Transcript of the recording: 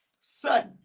sudden